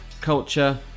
culture